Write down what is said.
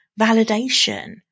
validation